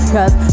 Cause